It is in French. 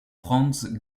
franz